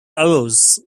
arose